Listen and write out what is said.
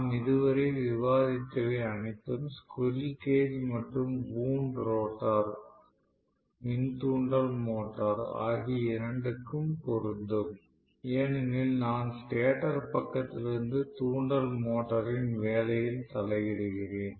நாம் இதுவரை விவாதித்தவை அனைத்தும் ஸ்குரில் கேஜ் மற்றும் வூண்ட் ரோட்டார் மின் தூண்டல் மோட்டார் ஆகிய இரண்டிற்கும் பொருந்தும் ஏனெனில் நான் ஸ்டேட்டர் பக்கத்திலிருந்து தூண்டல் மோட்டாரின் வேலையில் தலையிடுகிறேன்